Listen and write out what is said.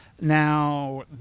now